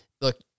look